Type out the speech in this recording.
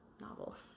Novel